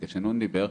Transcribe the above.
כש-נ' דיבר,